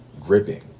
gripping